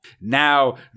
now